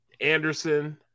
Anderson